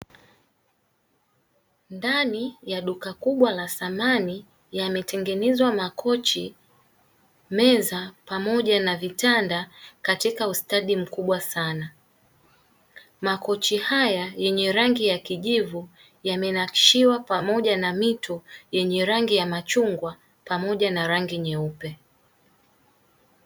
Ndani ya duka kubwa la samani yametengenezwa makochi, meza pamoja na vitanda katika ustadi mkubwa sana. Makochi haya yenye rangi ya kijivu yamenakshiwa pamoja na miito yenye rangi ya machungwa pamoja na rangi nyeupe.